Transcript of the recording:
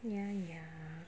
ya ya